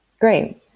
Great